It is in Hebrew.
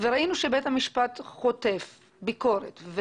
וראינו שבית המשפט חוטף ביקורת,